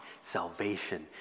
salvation